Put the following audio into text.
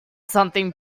something